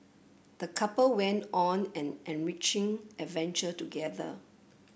the couple went on an enriching adventure together